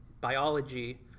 biology